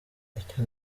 icyo